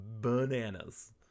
bananas